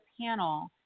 panel